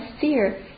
fear